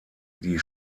die